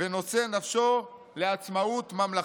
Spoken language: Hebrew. ונושא נפשו לעצמאות ממלכתית.